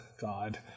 God